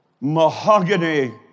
mahogany